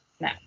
no